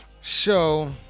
show